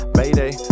mayday